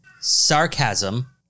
Sarcasm